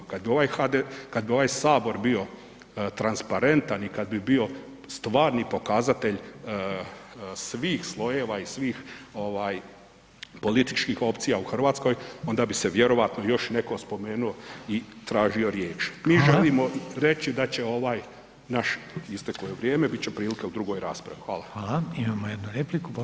Kad bi ovaj sabor bio transparentan i kad bi bio stvari pokazatelj svih slojeva i svih ovaj političkih opcija u Hrvatskoj onda bi se vjerojatno još netko spomenu i tražio riječ [[Upadica: Hvala.]] mi želimo reći da će ovaj naš, isteklo je vrijeme, bit će prilike u drugoj raspravi.